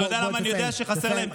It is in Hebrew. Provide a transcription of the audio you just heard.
אתה יודע למה אני יודע שחסר להם ציוד?